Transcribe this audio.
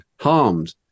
harmed